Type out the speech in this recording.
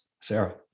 Sarah